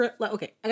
okay